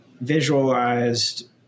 visualized